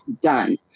done